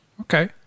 Okay